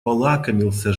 полакомился